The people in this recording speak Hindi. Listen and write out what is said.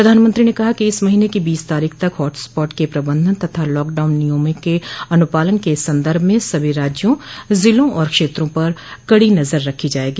प्रधानमंत्री ने कहा कि इस महीने की बीस तारीख तक हॉट स्पॉट के प्रबंधन तथा लॉकडाउन नियमों के अनुपालन के संदर्भ में सभी राज्यों जिलों और क्षेत्रों पर कड़ी नजर रखी जायेगी